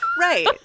Right